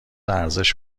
ارزش